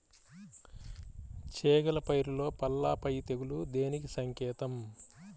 చేగల పైరులో పల్లాపై తెగులు దేనికి సంకేతం?